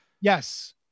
Yes